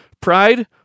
Pride